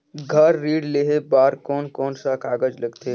घर ऋण लेहे बार कोन कोन सा कागज लगथे?